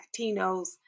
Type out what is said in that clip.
Latinos